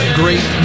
great